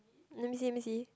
let me see let me see